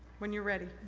when you're ready.